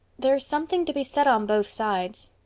there's something to be said on both sides.